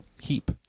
heap